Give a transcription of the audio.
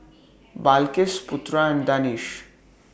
Balqis Putra and Danish